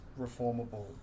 reformable